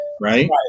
Right